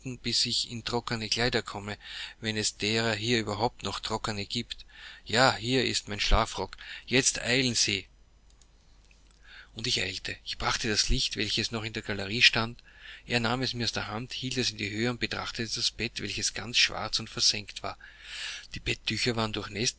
bis ich in trockene kleider komme wenn es deren hier überhaupt noch trockene giebt ja hier ist mein schlafrock jetzt eilen sie und ich eilte ich brachte das licht welches noch in der galerie stand er nahm es mir aus der hand hielt es in die höhe und betrachtete das bett welches ganz schwarz und versengt war die betttücher waren